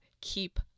keep